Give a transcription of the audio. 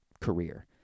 career